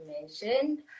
mentioned